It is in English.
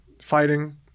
fighting